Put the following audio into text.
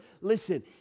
listen